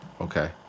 Okay